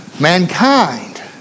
Mankind